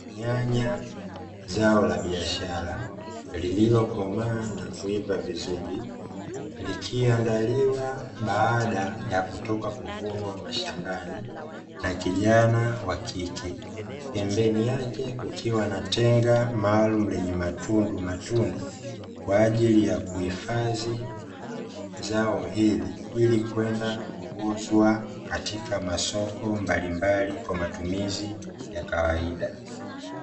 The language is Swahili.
Nyanya zao la biashara liliokomaa na kuiva vizuri likiandaliwa baada ya kutoka kuvunwa mashambani na kijanawa kike .Pembeni yake kukiwa na tenga maalumu lenye matundu matundu kwaajili ya kuhifadhi zao hili ili kwenda kuuzwa katika masoko mbalimbali kwa matumizi ya kawaida .